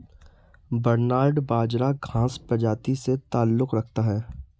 barnyard बाजरा घांस प्रजाति से ताल्लुक रखता है